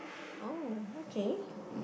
oh okay